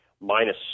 minus